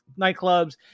nightclubs